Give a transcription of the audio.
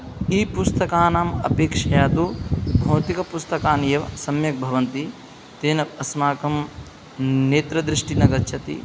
ईपुस्तकानाम् अपेक्षया तु भौतिकपुस्तकान्येव सम्यक् भवन्ति तेन अस्माकं नेत्रदृष्टिः न गच्छति